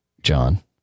John